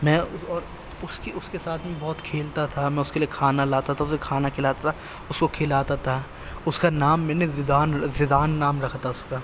میں اور اس کے اس کے ساتھ میں بہت کھیلتا تھا میں اس کے لیے کھانا لاتا تھا اسے کھانا کھلاتا تھا اس کو کھلاتا تھا اس کا نام میں نے زیدان زیدان نام رکھا تھا اس کا